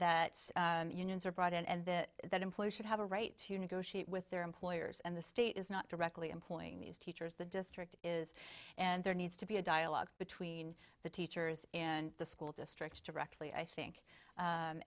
that unions are brought and the that employers should have a right to negotiate with their employers and the state is not directly employing these teachers the district is and there needs to be a dialogue between the teachers in the school districts directly i think